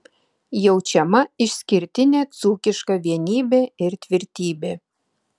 jaučiama išskirtinė dzūkiška vienybė ir tvirtybė